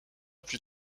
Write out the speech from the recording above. plus